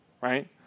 right